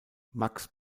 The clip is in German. max